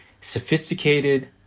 sophisticated